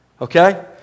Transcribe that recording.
Okay